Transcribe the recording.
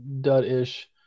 dud-ish